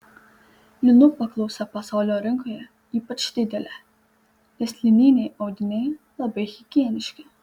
linų paklausa pasaulio rinkoje ypač didelė nes lininiai audiniai labai higieniški